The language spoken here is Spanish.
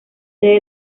sede